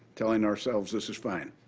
telling ourselves, this is fine.